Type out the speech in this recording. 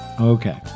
Okay